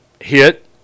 hit